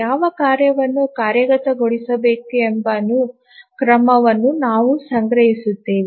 ಯಾವ ಕಾರ್ಯವನ್ನು ಕಾರ್ಯಗತಗೊಳಿಸಬೇಕು ಎಂಬ ಅನುಕ್ರಮವನ್ನು ನಾವು ಸಂಗ್ರಹಿಸುತ್ತೇವೆ